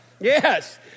Yes